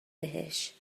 بهش